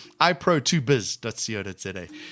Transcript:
iPro2biz.co.za